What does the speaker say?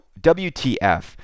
WTF